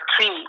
three